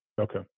Okay